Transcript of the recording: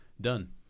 Done